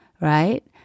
right